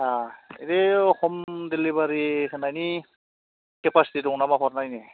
बे हम दिलिबारि होनायनि केपासिथि दं नामा हरनायनि